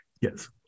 Yes